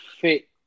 fit